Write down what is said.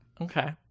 Okay